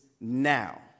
now